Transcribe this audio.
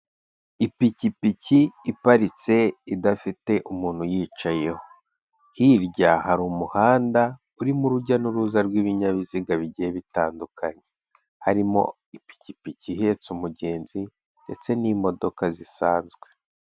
Ipikipiki iparitse idafite umuntu uyicayeho, hirya hari umuhanda urimo urujya n'uruza rw'ibinyabiziga bigiye bitandukanye, harimo ipikipiki ihetse umugenzi ndetse n'imodoka zisanzwe.